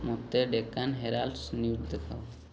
ମୋତେ Deccan Herald's news ଦେଖାଅ